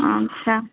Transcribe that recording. ଆଚ୍ଛା